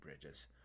Bridges